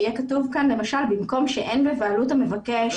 שיהיה כתוב כאן למשל במקום "שאין בבעלות המבקש